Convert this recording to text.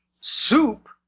soup